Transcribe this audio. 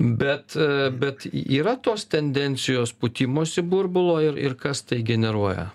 bet bet yra tos tendencijos pūtimosi burbulo ir kas tai generuoja